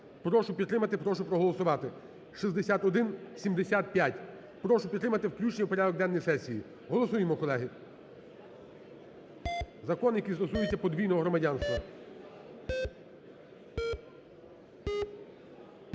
Прошу підтримати. Прошу проголосувати. 6175. Прошу підтримати включення в порядок денний сесії. Голосуємо, колеги. Закон, який стосується подвійного громадянства.